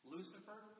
Lucifer